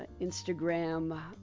Instagram